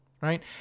right